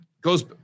goes